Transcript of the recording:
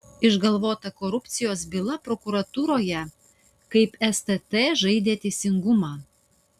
išgalvota korupcijos byla prokuratūroje kaip stt žaidė teisingumą